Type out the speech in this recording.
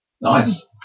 Nice